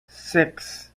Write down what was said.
six